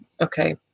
Okay